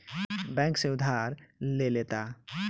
bank से उधार ले लेता